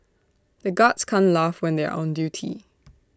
the guards can't laugh when they are on duty